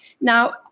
Now